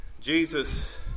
Jesus